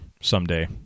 someday